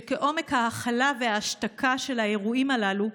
שכעומק ההכלה וההשתקה של האירועים הללו,